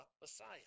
Messiah